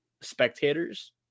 spectators